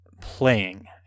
playing